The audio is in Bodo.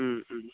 उम उम